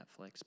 Netflix